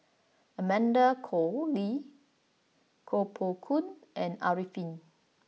Amanda Koe Lee Koh Poh Koon and Arifin